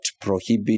prohibit